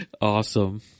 Awesome